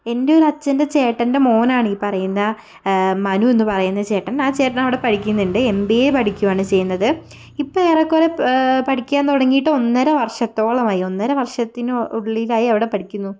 എൻ്റെ ഒരച്ചൻ്റെ ചേട്ടൻ്റെ മോനാണ് ഈ പറയുന്ന മനു എന്ന് പറയുന്ന ചേട്ടൻ ആ ചേട്ടൻ അവിടെ പഠിക്കുന്നുണ്ട് എം ബി എ പഠിക്കുകയാണ് ചെയ്യുന്നത് ഇപ്പോൾ ഏറെ കുറേ പഠിക്കാൻ തുടങ്ങിയിട്ട് ഒന്നര വർഷത്തോളമായി ഒന്നര വർഷത്തിനുള്ളിലായി അവിടെ പഠിക്കുന്നു